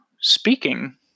speaking